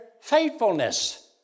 faithfulness